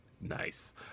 Nice